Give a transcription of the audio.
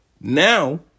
Now